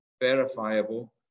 verifiable